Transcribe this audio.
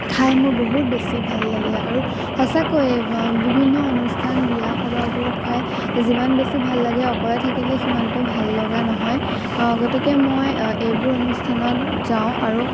খাই মোৰ বহুত বেছি ভাল লাগে আৰু সঁচাকৈয়ে বিভিন্ন অনুষ্ঠান বিয়া সবাহবোৰত খাই যিমান বেছি ভাল লাগে অকলে থাকিলে সিমানটো ভাল লগা নহয় অঁ গতিকে মই এইবোৰ অনুষ্ঠানত যাওঁ আৰু